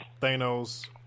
Thanos